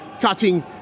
cutting